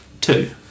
Two